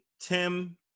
Tim